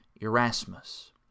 Erasmus